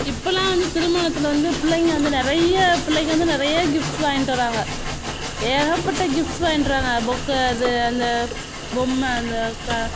இப்பெலாம் வந்து திருமணத்தில் வந்து பிள்ளைங்க வந்து நிறைய பிள்ளைங்க வந்து நிறைய கிஃப்ட்ஸ் வாங்கிகிட்டு வராங்க ஏகப்பட்ட கிஃப்ட்ஸ் வாங்கிகிட்டு வராங்க பொக்கே அது அந்த பொம்மை அந்த க